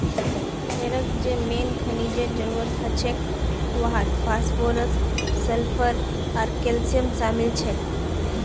भेड़क जे मेन खनिजेर जरूरत हछेक वहात फास्फोरस सल्फर आर कैल्शियम शामिल छेक